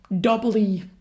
doubly